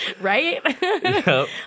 Right